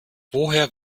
woher